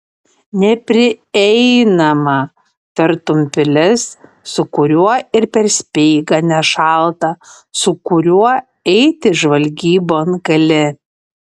neprieinamą tartum pilis su kuriuo ir per speigą nešalta su kuriuo eiti žvalgybon gali